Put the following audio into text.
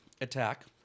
attack